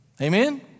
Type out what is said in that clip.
Amen